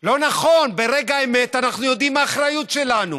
לא נכון, ברגע האמת אנחנו יודעים מה האחריות שלנו.